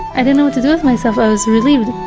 i didn't know what to do with myself, i was relieved